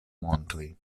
montoj